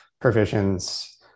provisions